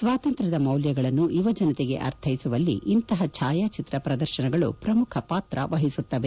ಸ್ವಾತಂತ್ರ್ಕದ ಮೌಲ್ಯಗಳನ್ನು ಯುವಜನತೆಗೆ ಅರ್ಥೈಸುವಲ್ಲಿ ಇಂತಹ ಛಾಯಾಚಿತ್ರ ಪ್ರದರ್ಶನಗಳು ಪ್ರಮುಖ ಪಾತ್ರ ವಹಿಸುತ್ತವೆ